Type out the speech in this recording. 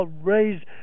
raised